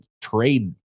trade